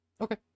okay